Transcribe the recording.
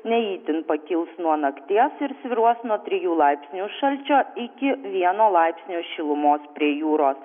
ne itin pakils nuo nakties ir svyruos nuo trijų laipsnių šalčio iki vieno laipsnio šilumos prie jūros